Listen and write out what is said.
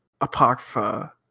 Apocrypha